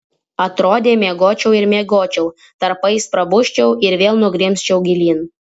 atrodė miegočiau ir miegočiau tarpais prabusčiau ir vėl nugrimzčiau gilyn